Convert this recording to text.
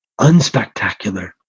unspectacular